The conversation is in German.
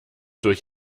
durch